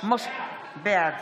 בעד